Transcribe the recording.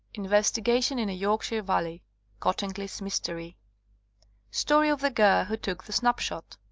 investigation in a yorkshire valley cottingley's mystery story of the girl who took the snapshot